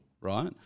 right